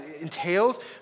entails